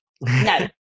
No